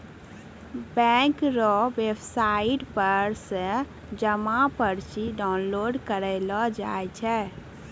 bank रो website पर से जमा पर्ची डाउनलोड करेलो जाय छै